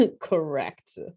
Correct